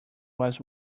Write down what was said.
was